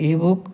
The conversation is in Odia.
ଇବୁକ୍